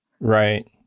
Right